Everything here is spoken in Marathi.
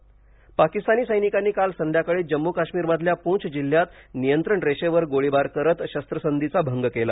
सीमेवर गोळीबार पाकिस्तानी सैनिकांनी काल संध्याकाळी जम्मू काश्मीर मधल्या पूंच जिल्हयात नियंत्रण रेषेवर गोळीबार करत शस्त्रसंधीचा भंग केला